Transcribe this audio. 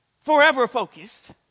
forever-focused